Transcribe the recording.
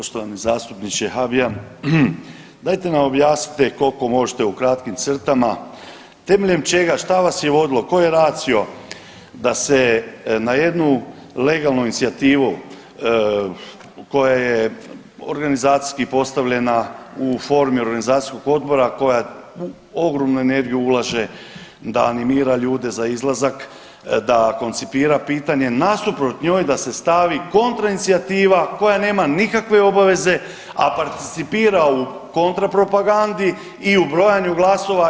Poštovani zastupniče Habijan, dajte nam objasnite koliko možete u kratkim crtama temeljem čega, šta vas je vodilo, koji ratio da se na jednu legalnu inicijativu koja je organizacijski postavljena u formi organizacijskog odbora koja ogromnu energiju ulaže da animira ljude za izlazak, da koncipira pitanje nasuprot njoj da se stavi kontra inicijativa koja nema nikakve obaveze, a participira u kontra propagandi i u brojanju glasova.